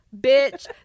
bitch